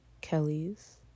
Kellys